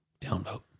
Downvote